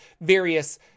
various